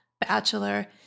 Bachelor